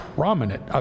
prominent